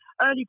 early